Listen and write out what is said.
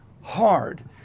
hard